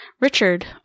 Richard